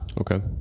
Okay